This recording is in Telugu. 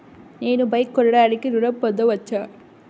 నేను బైక్ కొనటానికి ఋణం పొందవచ్చా?